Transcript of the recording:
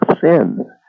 sin